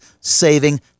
Saving